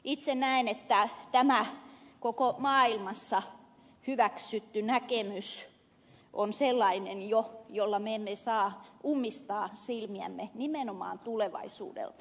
itse näen että tämä koko maailmassa hyväksytty näkemys on sellainen jo jonka vuoksi me emme saa ummistaa silmiämme nimenomaan tulevaisuudelta